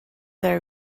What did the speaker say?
their